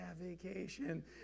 vacation